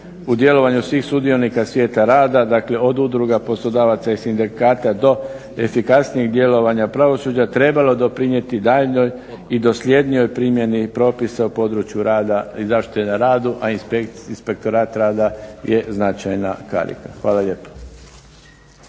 u djelovanju svih sudionika svijeta rada, dakle od udruga poslodavaca i sindikata do efikasnijeg djelovanja pravosuđa trebalo doprinijeti daljnjoj i dosljednijoj primjeni propisa u području rada i zaštite na radu, a Inspektorat rada je značajna karika. Hvala lijepo.